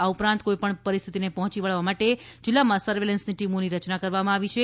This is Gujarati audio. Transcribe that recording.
આ ઉપરાંત કોઇ પણ પરિસ્થિતિને પહોંચી વળવા માટે જિલ્લામાં સર્વેલન્સની ટીમોની રચના કરવામાં આવી છે